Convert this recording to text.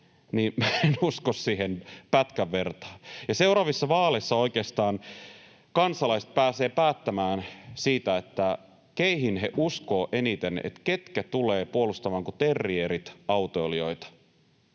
en usko siihen pätkän vertaa. Seuraavissa vaaleissa oikeastaan kansalaiset pääsevät päättämään siitä, keihin he uskovat eniten. Ketkä tulevat puolustamaan kuin terrierit autoilijoita?